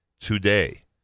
today